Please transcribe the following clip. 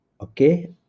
Okay